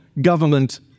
government